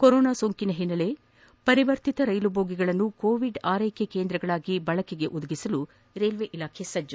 corona ಸೋಂಕಿನ ಹಿನ್ನೆಲೆಯಲ್ಲಿ ಪರಿವರ್ತಿತ ರೈಲು ಬೋಗಿಗಳನ್ನು ಕೋವಿಡ್ ಆರೈಕೆ ಕೇಂದ್ರಗಳಾಗಿ ಬಳಕೆಗೆ ಒದಗಿಸಲು ರೈಲ್ವೆ ಇಲಾಖೆ ಸಜ್ಜು